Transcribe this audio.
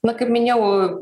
na kaip minėjau